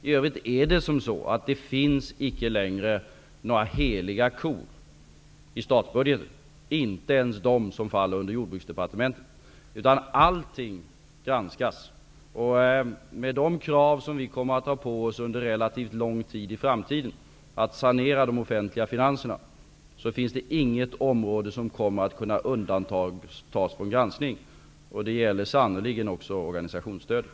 I övrigt finns det icke längre några heliga kor i statsbudgeten, inte ens på Jordbruksdepartementets område. Allting granskas, och med de krav om att sanera de offentliga finanserna som vi kommer att ha på oss under relativt lång tid i framtiden finns det inget område som kommer att kunna undantas från granskning. Det gäller sannerligen också organisationsstödet.